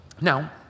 Now